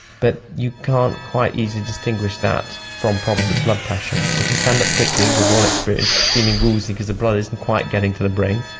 but you can't quite easily distinguish that from problems of blood pressure. so if you stand up quickly, we have all experienced feeling woozy because the blood isn't quite getting to the brain,